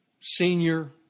senior